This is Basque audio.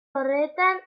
horretan